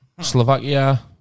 Slovakia